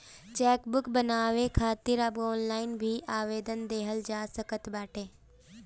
chequebook बनवावे खातिर अब ऑनलाइन भी आवेदन देहल जा सकत बाटे